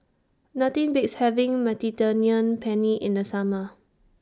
Nothing Beats having Mediterranean Penne in The Summer